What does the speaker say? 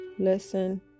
listen